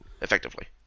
effectively